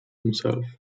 himself